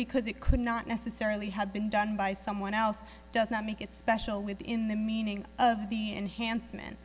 because it could not necessarily have been done by someone else does not make it special within the meaning of the enhancemen